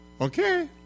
Okay